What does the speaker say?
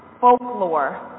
folklore